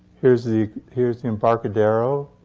here's the here's the embarcadero.